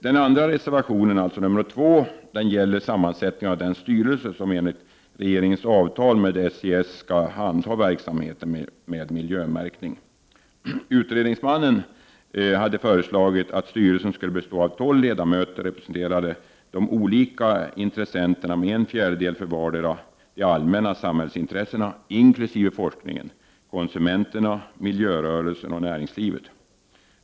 Den andra reservationen, alltså nr 2, gäller sammansättningen av den styrelse som enligt regeringens avtal med SIS skall handha verksamheten med miljömärkning. Utredningsmannen hade föreslagit att styrelsen skulle bestå av 12 ledamöter, representerande de olika intressenterna med en fjärdedel för vardera de allmänna samhällsintressena inkl. forskningen, konsumenterna, miljörörelsen och näringslivet.